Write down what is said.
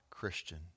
Christian